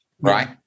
Right